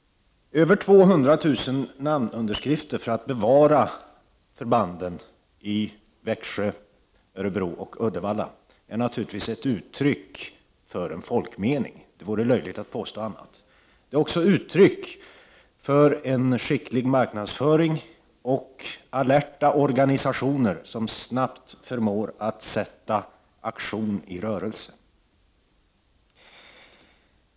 Över 200 000 människor har skrivit på listor för att visa att man vill bevara förbanden i Växjö, Örebro och Uddevalla. Naturligtvis är det ett uttryck för en folkmening. Det vore löjligt att påstå någonting annat. Men det är också ett uttryck för en skicklig marknadsföring och för det faktum att alerta organisationer förmår att få i gång en rörelse.